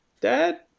Dad